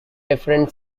different